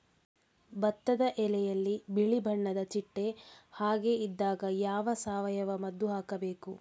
ಭತ್ತದ ಎಲೆಯಲ್ಲಿ ಬಿಳಿ ಬಣ್ಣದ ಚಿಟ್ಟೆ ಹಾಗೆ ಇದ್ದಾಗ ಯಾವ ಸಾವಯವ ಮದ್ದು ಹಾಕಬೇಕು?